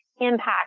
impact